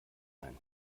ein